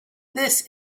this